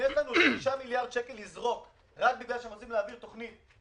אם יש לנו 6 מיליארד שקלים לזרוק רק בגלל שרוצים להעביר תוכנית,